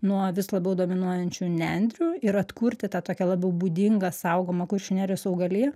nuo vis labiau dominuojančių nendrių ir atkurti tą tokią labiau būdingą saugomą kuršių nerijos augaliją